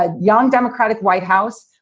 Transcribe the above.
ah young, democratic, white house.